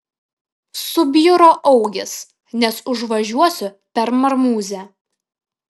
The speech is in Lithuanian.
subjuro augis nes užvažiuosiu per marmuzę